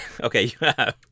Okay